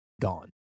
gone